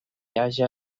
haja